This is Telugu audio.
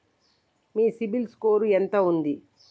మీ సిబిల్ స్కోర్ ఎంత ఉంది?